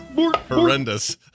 Horrendous